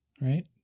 Right